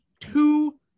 two